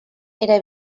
era